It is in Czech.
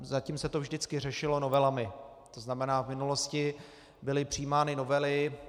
Zatím se to vždycky řešilo novelami, to znamená v minulosti byly přijímány novely.